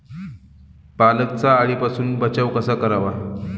पालकचा अळीपासून बचाव कसा करावा?